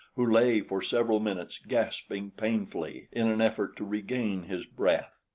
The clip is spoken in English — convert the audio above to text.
who lay for several minutes gasping painfully in an effort to regain his breath.